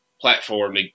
platform